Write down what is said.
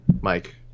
Mike